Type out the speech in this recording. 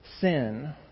sin